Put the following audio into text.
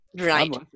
right